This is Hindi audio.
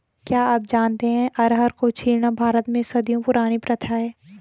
क्या आप जानते है अरहर को छीलना भारत में सदियों पुरानी प्रथा है?